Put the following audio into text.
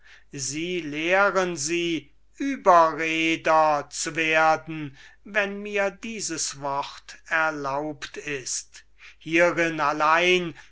sie lehren sie überreder zu werden wenn mir dieses wort erlaubt ist hierin allein